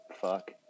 Fuck